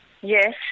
Yes